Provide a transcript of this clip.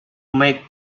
make